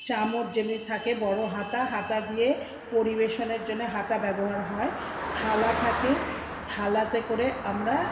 চামচ যেমন থাকে বড়ো হাতা হাতা দিয়ে পরিবেশনের জন্যে হাতা ব্যবহার হয় থালা থাকে থালাতে করে আমরা